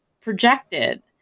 projected